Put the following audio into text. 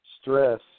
stress